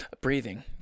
breathing